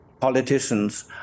politicians